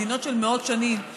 מדינות של מאות שנים,